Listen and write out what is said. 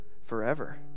forever